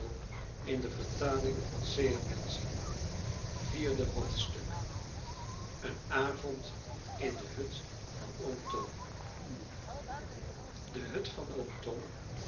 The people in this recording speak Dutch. vierde hoofdstuk een avond in de hut van oom tom de hut van oom tom